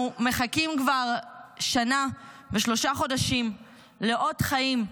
מחכים כבר שנה ושלושה חודשים לאות חיים,